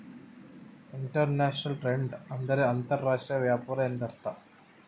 inter national trade ಎಂದರೆ ಅಂತರ್ ರಾಷ್ಟ್ರೀಯ ವ್ಯಾಪಾರ ಎಂದರ್ಥ